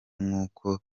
nk’uko